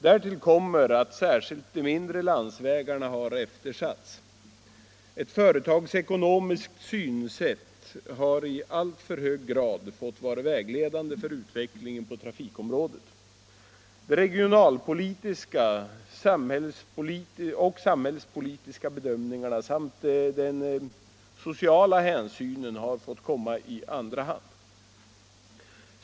Därtill kommer att särskilt de mindre landsvägarna har eftersatts. Ett företagsekonomiskt synsätt har i alltför hög grad fått vara vägledande för utvecklingen på trafikområdet. De regionalpolitiska och samhällsekonomiska bedömningarna samt den sociala hänsynen har fått komma i andra hand.